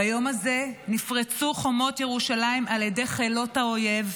ביום הזה נפרצו חומות ירושלים על ידי חילות האויב,